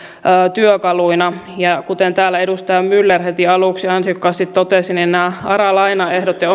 työkaluina ja kuten täällä edustaja myller heti aluksi ansiokkaasti totesi näillä ara lainaehdoilla ja